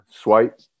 swipe